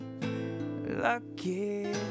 lucky